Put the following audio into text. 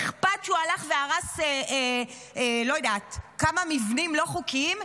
אכפת שהוא הלך והרס כמה מבנים לא חוקיים?